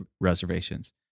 reservations